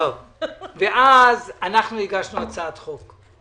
אני איש של פשרות.